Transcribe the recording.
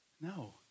no